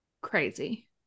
Crazy